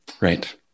Right